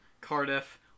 Cardiff